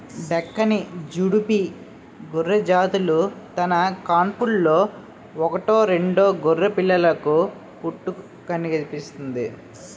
డెక్కాని, జుడిపి గొర్రెజాతులు తన కాన్పులో ఒకటో రెండో గొర్రెపిల్లలకు పుట్టుకనిస్తుంది